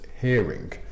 hearing